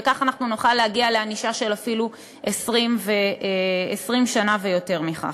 וכך אנחנו נוכל להגיע לענישה של אפילו 20 שנה ויותר מכך.